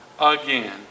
again